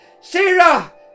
Sarah